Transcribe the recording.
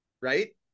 right